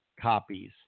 copies